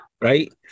right